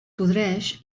podreix